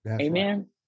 Amen